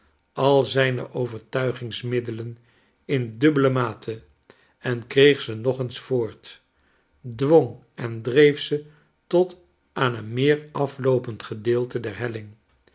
al zijne overtuigingsmiddelen in dabbele mate en kreeg ze nog eens voort dwong en dreef ze tot aan een meer afloopend gedeelte der helling